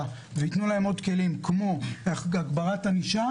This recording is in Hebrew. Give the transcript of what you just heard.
שייתנו להם עוד כלים כמו הגברת הענישה.